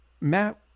Matt